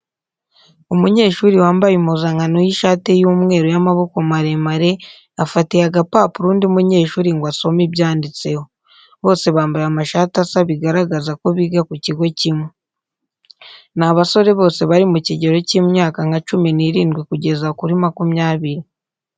Umunyeshuri wambaye impuzankano y'ishati y'umweru y'amaboko maremare afatiye agapapuro undi munyeshuri ngo asome ibyanditseho. Bose bambaye amashati asa bigaragaza ko biga mu kigo kimwe. Ni abasore bose bari mu kigero cy'imyaka nka cumi n'irindwi kugeza kuri makumyabiri.